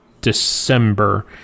December